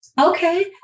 Okay